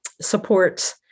support